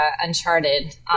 uncharted